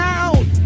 out